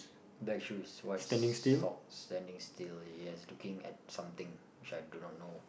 black shoes white socks standing still yes looking at something which I do not know